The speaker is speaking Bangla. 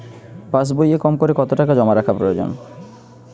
পাশবইয়ে কমকরে কত টাকা জমা রাখা প্রয়োজন?